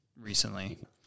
recently